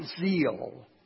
zeal